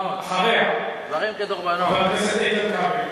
ואחריה, חבר הכנסת איתן כבל.